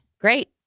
Great